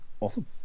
awesome